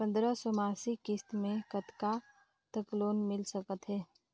पंद्रह सौ मासिक किस्त मे कतका तक लोन मिल सकत हे?